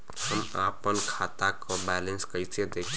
हम आपन खाता क बैलेंस कईसे देखी?